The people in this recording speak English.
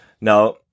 Now